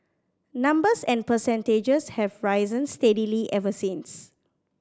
numbers and percentages have risen steadily ever since